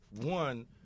one